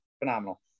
phenomenal